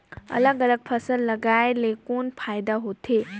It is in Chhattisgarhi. अलग अलग फसल लगाय ले कौन फायदा होथे?